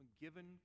given